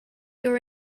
your